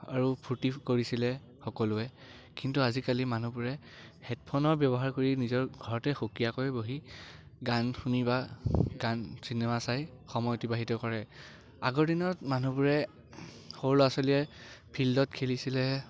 আৰু ফূৰ্টিও কৰিছিলে সকলোৱে কিন্তু আজিকালি মানুহবোৰে হেডফোনৰ ব্যৱহাৰ কৰি নিজৰ ঘৰতে সুকীয়াকৈ বহি গান শুনি বা গান চিনেমা চাই সময় অতিবাহিত কৰে আগৰ দিনত মানুহবোৰে সৰু ল'ৰা ছোৱালীয়ে ফিল্ডত খেলিছিলে